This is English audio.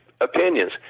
opinions